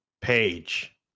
Page